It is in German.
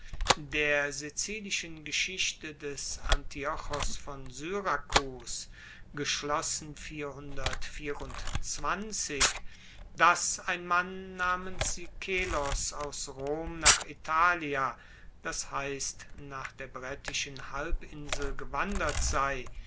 der sizilischen geschichte des antiochos von syrakus dass ein mann namens sikelos aus rom nach italia das heisst nach der brettischen halbinsel gewandert sei